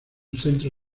centro